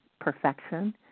perfection